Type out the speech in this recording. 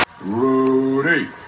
Rudy